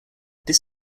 this